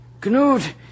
Knut